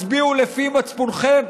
הצביעו לפי מצפונכם.